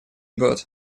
год